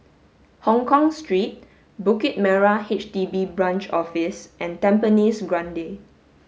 Hongkong Street Bukit Merah H D B Branch Office and Tampines Grande